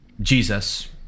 Jesus